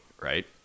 Right